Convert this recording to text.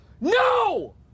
no